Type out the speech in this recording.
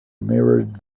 mirrored